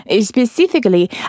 specifically